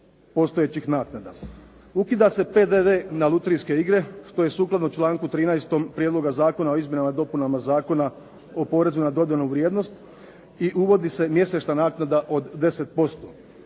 postojećih naknada. Ukida se PDV na lutrijske igre što je sukladno članku 13. Prijedloga zakona o izmjenama i dopunama Zakona o porezu na dodanu vrijednost i uvodi se mjesečna naknada od 10%.